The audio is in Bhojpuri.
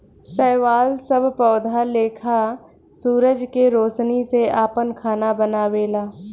शैवाल सब पौधा लेखा सूरज के रौशनी से आपन खाना बनावेला